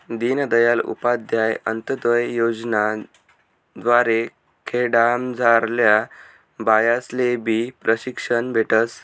दीनदयाल उपाध्याय अंतोदय योजना द्वारे खेडामझारल्या बायास्लेबी प्रशिक्षण भेटस